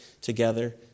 together